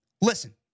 listen